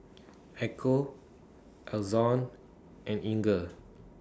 Echo Ason and Inger